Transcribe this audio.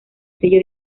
sello